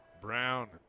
Brown